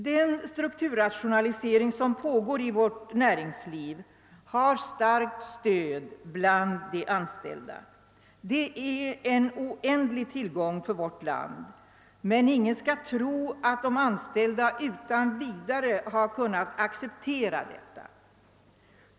Den strukturrationalisering som pågår inom vårt näringsliv har starkt stöd bland löntagarna. Detta är en stor tillgång för vårt land, men ingen skall tro att löntagarna utan vidare insett nödvändigheten av rationaliseringar.